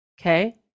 Okay